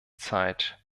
zeit